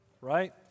right